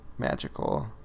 magical